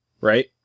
Right